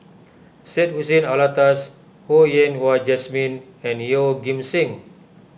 Syed Hussein Alatas Ho Yen Wah Jesmine and Yeoh Ghim Seng